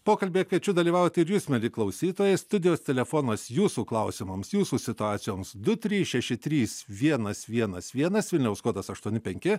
pokalbį kviečiu dalyvauti ir jūs mieli klausytojai studijos telefonas jūsų klausimams jūsų situacijoms du trys šeši trys vienas vienas vienas vilniaus kodas aštuoni penki